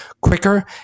quicker